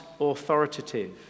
authoritative